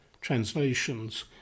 translations